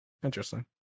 Interesting